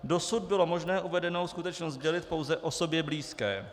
Dosud bylo možné uvedenou skutečnost sdělit pouze osobě blízké.